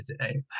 today